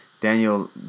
Daniel